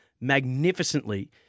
magnificently